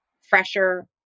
fresher